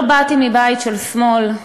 לא באתי מבית של שמאל,